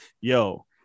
yo